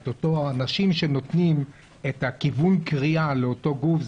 את האנשים שנותנים את כיוון הקריאה לאותו גוף,